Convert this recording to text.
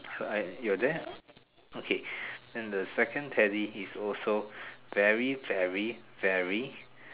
so I you are there okay and the second Teddy is also very very very very